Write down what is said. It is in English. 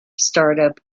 startup